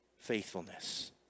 faithfulness